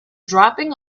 dropping